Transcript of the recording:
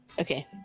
Okay